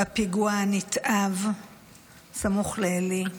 בפיגוע הנתעב סמוך לעלי.